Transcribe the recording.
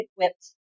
equipped